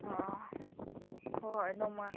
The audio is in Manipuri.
ꯑꯣ ꯑꯣ ꯍꯣꯏ ꯍꯣꯏ ꯅꯣꯡꯃ